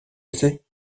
essais